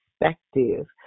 perspective